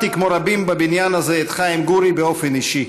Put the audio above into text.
כמו רבים בבניין הזה הכרתי את חיים גורי באופן אישי.